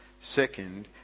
Second